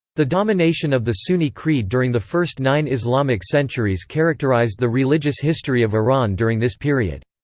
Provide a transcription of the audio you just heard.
the domination of the sunni creed during the first nine islamic centuries characterized the religious history of iran during this period.